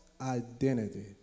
identity